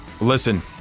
Listen